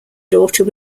daughter